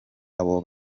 abo